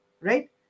Right